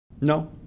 No